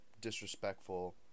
disrespectful